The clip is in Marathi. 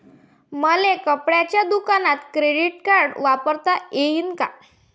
मले कपड्याच्या दुकानात क्रेडिट कार्ड वापरता येईन का?